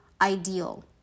ideal